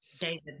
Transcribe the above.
David